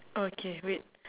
okay wait